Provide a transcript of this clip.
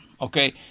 okay